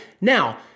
Now